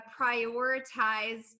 prioritize